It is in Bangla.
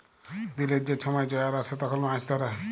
দিলের যে ছময় জয়ার আসে তখল মাছ ধ্যরে